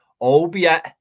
albeit